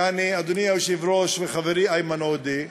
יעני, אדוני היושב-ראש וחברי איימן עודה,